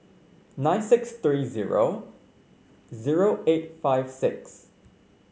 nine six three zero zero eight five six